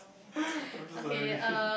I'm so sorry